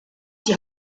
die